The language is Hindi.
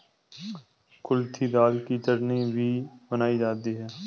कुल्थी दाल की चटनी भी बनाई जाती है